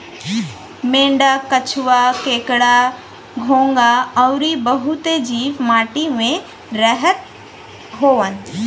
मेंढक, केंचुआ, केकड़ा, घोंघा अउरी बहुते जीव माटी में रहत हउवन